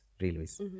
Railways